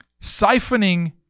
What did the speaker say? siphoning